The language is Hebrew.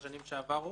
בשנים שעברו,